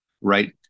right